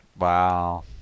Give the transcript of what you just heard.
Wow